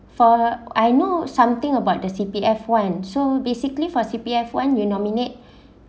for I know something about the C_P_F [one] so basically for C_P_F [one] you nominate